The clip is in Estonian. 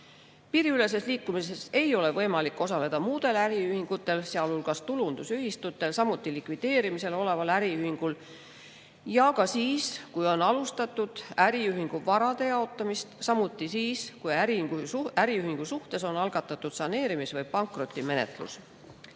Piiriüleses liikumises ei ole võimalik osaleda muudel äriühingutel, sealhulgas tulundusühistutel, samuti likvideerimisel oleval äriühingul ega ka siis, kui on alustatud äriühingu varade jaotamist, samuti siis, kui äriühingu suhtes on algatatud saneerimis- või pankrotimenetlus.